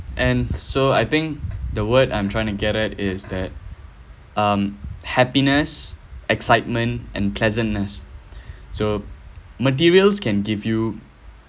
and so I think the word I'm trying to get at is that um happiness excitement and pleasantness so materials can give you